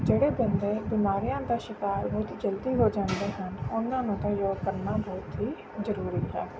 ਜਿਹੜੇ ਬੰਦੇ ਬਿਮਾਰੀਆਂ ਦਾ ਸ਼ਿਕਾਰ ਬਹੁਤ ਜਲਦੀ ਹੋ ਜਾਂਦੇ ਹਨ ਉਹਨਾਂ ਨੂੰ ਤਾਂ ਯੋਗ ਕਰਨਾ ਬਹੁਤ ਹੀ ਜ਼ਰੂਰੀ ਹੈ